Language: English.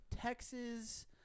Texas